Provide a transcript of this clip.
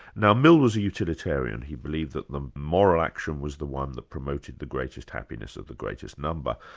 now mill was a utilitarian he believed that the moral action was the one that promoted the greatest happiness of the greatest number.